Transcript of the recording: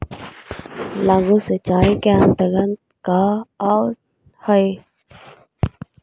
लघु सिंचाई के अंतर्गत का आव हइ?